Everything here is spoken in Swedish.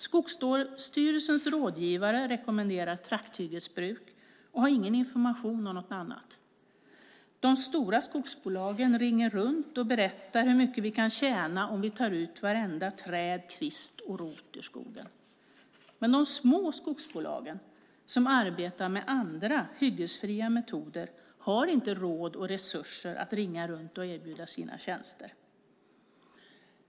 Skogsstyrelsens rådgivare rekommenderar trakthyggesbruk och har ingen information om någonting annat. De stora skogsbolagen ringer runt och berättar hur mycket vi kan tjäna om vi tar ut varje träd, kvist och rot ur skogen. Men de små skogsbolagen som arbetar med andra, hyggesfria, metoder har inte råd och resurser att ringa runt och erbjuda sina tjänster.